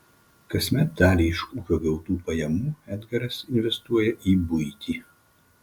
kasmet dalį iš ūkio gautų pajamų edgaras investuoja į buitį